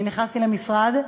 אני נכנסתי למשרד,